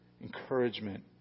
Encouragement